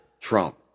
Trump